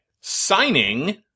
Signing